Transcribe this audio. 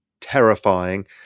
terrifying